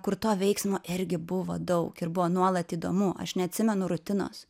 kur to veiksmo irgi buvo daug ir buvo nuolat įdomu aš neatsimenu rutinos